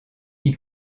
qui